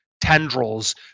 tendrils